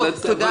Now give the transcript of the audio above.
ס': טוב, תודה.